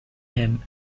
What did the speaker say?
him